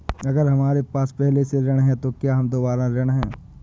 अगर हमारे पास पहले से ऋण है तो क्या हम दोबारा ऋण हैं?